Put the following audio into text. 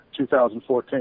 2014